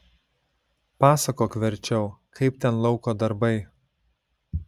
pasakok verčiau kaip ten lauko darbai